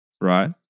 right